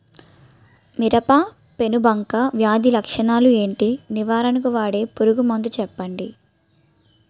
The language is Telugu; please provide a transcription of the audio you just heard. మిరప పెనుబంక వ్యాధి లక్షణాలు ఏంటి? నివారణకు వాడే పురుగు మందు చెప్పండీ?